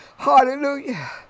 Hallelujah